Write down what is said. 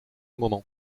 moment